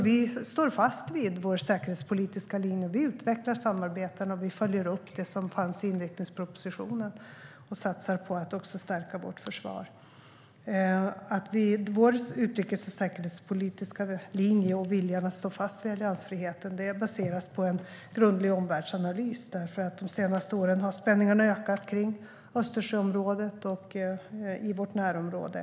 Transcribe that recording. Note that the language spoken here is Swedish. Vi står alltså fast vid vår säkerhetspolitiska linje. Vi utvecklar samarbeten och följer upp det som fanns i inriktningspropositionen. Vi satsar också på att stärka vårt försvar. Vår utrikes och säkerhetspolitiska linje och viljan att stå fast vid alliansfriheten baseras på en grundlig omvärldsanalys. De senaste åren har spänningarna ökat kring Östersjöområdet och i vårt närområde.